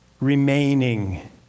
remaining